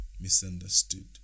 misunderstood